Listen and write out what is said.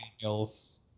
Daniels